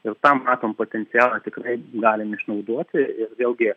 ir tą matom potencialą tikrai galim išnaudoti ir vėlgi